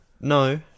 no